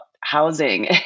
housing